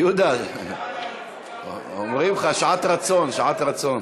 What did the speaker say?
יהודה, אומרים לך, שעת רצון, שעת רצון.